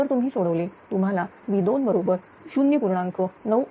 जर तुम्ही सोडवले तुम्हाला V2 बरोबर 0